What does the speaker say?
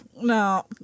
No